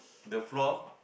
the floor